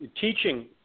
teaching